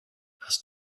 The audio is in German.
hast